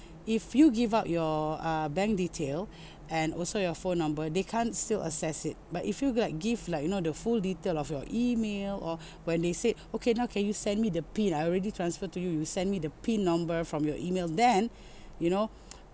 if you give out your uh bank detail and also your phone number they can't still access it but if you like give like you know the full detail of your email or when they said okay now can you send me the pin I already transferred to you you send me the pin number from your email then you know